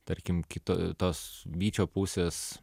tarkim kito tos vyčio pusės